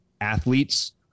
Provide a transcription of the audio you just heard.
athletes